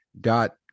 dot